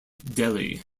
delhi